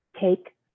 Take